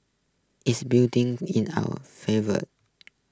is building in our favour